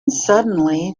suddenly